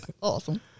Awesome